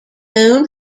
known